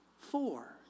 four